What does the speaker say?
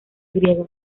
griego